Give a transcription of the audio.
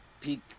peak